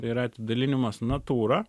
yra atidalinimas natūra